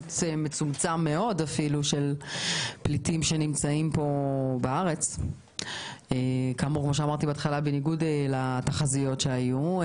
היחסית מצומצם של פליטים שנמצאים פה בארץ בניגוד לתחזיות שהיו.